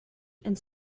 and